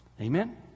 Amen